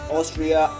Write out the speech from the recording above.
Austria